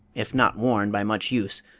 if not worn by much use,